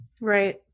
Right